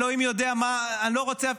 אלוהים יודע מה, אני לא רוצה,